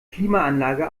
klimaanlage